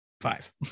five